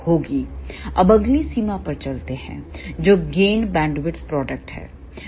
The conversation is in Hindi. अब अगली सीमा पर चलते हैं जो गेन बैंडविड्थ प्रोडक्ट है